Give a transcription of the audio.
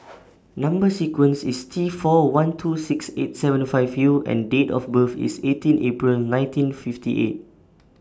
Number sequence IS T four one two six eight seven five U and Date of birth IS eighteen April nineteen fifty eight